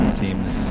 seems